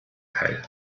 teil